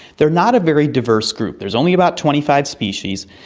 they are not a very diverse group. there's only about twenty five species,